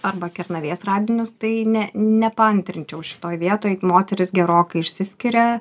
arba kernavės radinius tai ne nepaantrinčiau šitoj vietoj moterys gerokai išsiskiria